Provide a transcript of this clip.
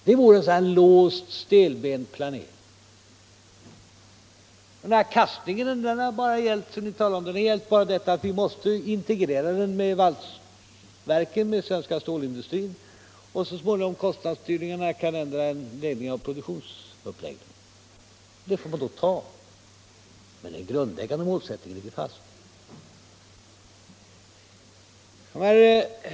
Det vore en låst, stelbent planering. Den här kastningen som ni talar om har bara gällt att integrera stålverket med valsverken och den övriga stålindustrin. Kostnadsfördyringen kan också ändra produktionsuppläggningen. Det får man då ta, men den grundläggande målsättningen ligger fast.